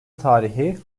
tarihi